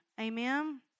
amen